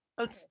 Okay